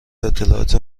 اطلاعات